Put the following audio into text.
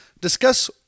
discuss